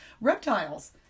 reptiles